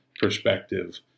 perspective